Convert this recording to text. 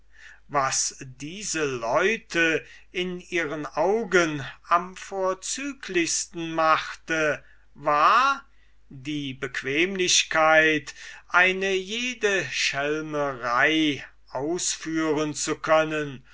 was diese leute in ihren augen am vorzüglichsten machte war die bequemlichkeit eine jede schelmerei ausführen zu können